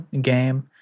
game